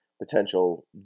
potential